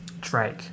Drake